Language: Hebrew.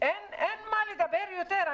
אין מה לדבר יותר,